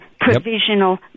provisional